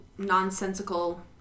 nonsensical